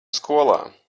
skolā